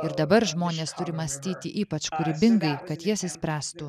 ir dabar žmonės turi mąstyti ypač kūrybinga kad jas išspręstų